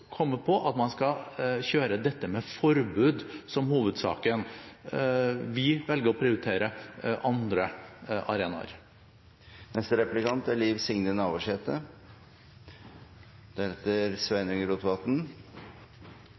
på at man skal kjøre dette med forbud som hovedsak. Vi velger å prioritere andre arenaer.